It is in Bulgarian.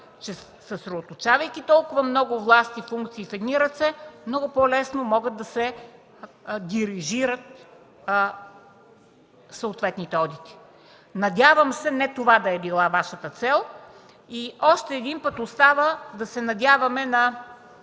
че съсредоточавайки толкова много власти и функции в едни ръце, много по-лесно могат да се дирижират съответните одити. Надявам се не това да е била Вашата цел. И още един път остава да се надяваме –